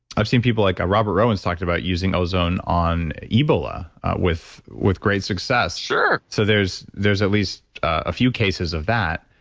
um people, like robert rowen's talked about using ozone on ebola with with great success sure so, there's there's at least a few cases of that.